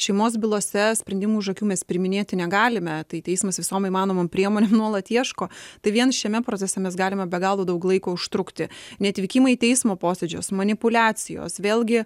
šeimos bylose sprendimų už akių mes priiminėti negalime tai teismas visom įmanomom priemonėm nuolat ieško tai vien šiame procese mes galime be galo daug laiko užtrukti neatvykimai į teismo posėdžius manipuliacijos vėlgi